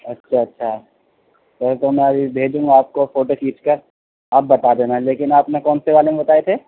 اچھا اچھا کیونکہ میں ابھی بھیجوں گا آپ کو فوٹو کھینچ کر آپ بتا دینا لیکن آپ نے کون سے والے میں بتائے تھے